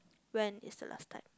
when is the last time